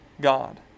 God